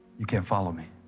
you can't follow me